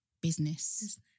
business